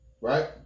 Right